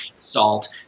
salt